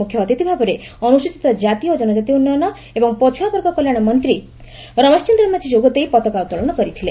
ମୁଖ୍ୟଅତିଥ ଭାବେ ଅନୁସ୍ଠଚିତ କାତି ଓ କନକାତି ଉନ୍ନୟନ ଏବଂ ପଛୁଆବର୍ଗ କଲ୍ୟାଶ ମନ୍ତୀ ରମେଶ ଚନ୍ଦ୍ର ମାଝି ଯୋଗଦେଇ ପତାକା ଉତ୍ତୋଳନ କରିଥିଲେ